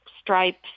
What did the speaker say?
stripes